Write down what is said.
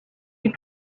you